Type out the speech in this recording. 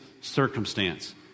circumstance